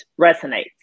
resonates